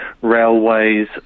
railways